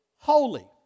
holy